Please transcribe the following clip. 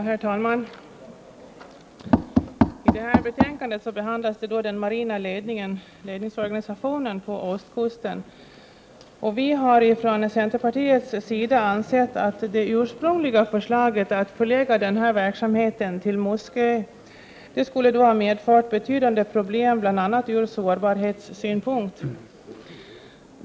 Herr talman! I detta betänkande behandlas den marina ledningsorganisationen på ostkusten. Vi i centerpartiet har ansett att det ursprungliga förslaget, att förlägga denna verksamhet till Muskö, skulle medföra betydande problem ur bl.a. sårbarhetssynpunkt.